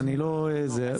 אז אני לא רואה --- לא,